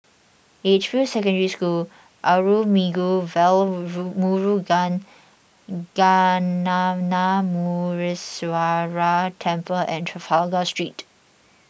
Edgefield Secondary School Arulmigu Velmurugan Gnanamuneeswarar Temple and Trafalgar Street